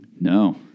No